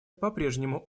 попрежнему